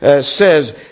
says